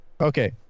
Okay